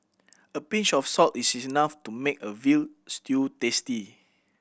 a pinch of salt is enough to make a veal stew tasty